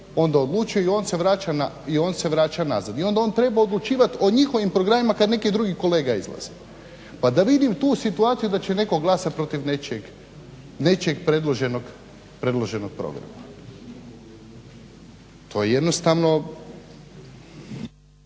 onda odlučuje i on se vraća nazad. I onda on treba odlučivati o njihovim programima kad neki drugi kolega izlazi. Pa da vidim tu situaciju da će netko glasati protiv nečijeg predloženog programa. To je jednostavno.